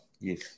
Yes